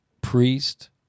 priest